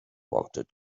wanted